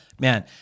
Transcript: man